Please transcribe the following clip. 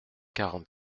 quarante